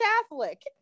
catholic